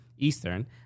Eastern